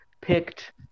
picked